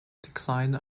decline